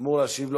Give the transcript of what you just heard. אמור להשיב לו.